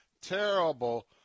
terrible